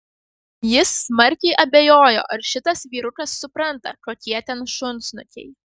jis smarkiai abejojo ar šitas vyrukas supranta kokie ten šunsnukiai